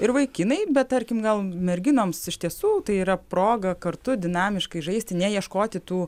ir vaikinai bet tarkim gal merginoms iš tiesų tai yra proga kartu dinamiškai žaisti ne ieškoti tų